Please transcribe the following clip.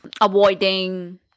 avoiding